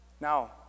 Now